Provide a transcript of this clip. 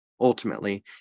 Ultimately